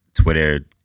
Twitter